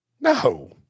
No